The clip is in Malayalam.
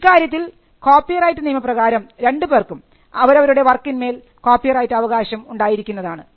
ഇക്കാര്യത്തിൽ കോപ്പിറൈറ്റ് നിയമപ്രകാരം രണ്ടുപേർക്കും അവരവരുടെ വർക്കിന്മേൽ കോപ്പിറൈറ്റ് അവകാശം ഉണ്ടായിരിക്കുന്നതാണ്